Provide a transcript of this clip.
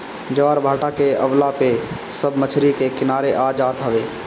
ज्वारभाटा के अवला पे सब मछरी के किनारे आ जात हवे